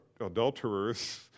adulterers